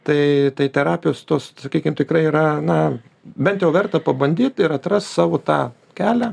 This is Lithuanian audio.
tai tai terapijos tos sakykim tikrai yra na bent jau verta pabandyt ir atras savo tą kelią